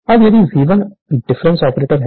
अब यदि V1 difference operator है